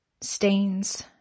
stains